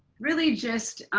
really just